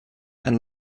and